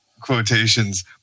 quotations